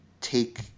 take